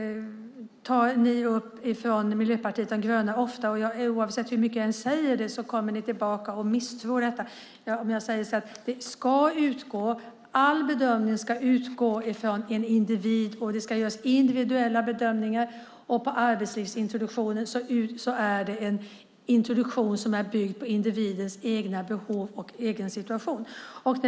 Miljöpartiet de gröna tar ofta upp frågan. Oavsett hur mycket jag säger misstror ni det sagda. All bedömning ska utgå från en individ. Det ska göras individuella bedömningar. Arbetslivsintroduktionen bygger på individens egna behov och egna situation.